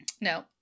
no